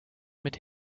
mit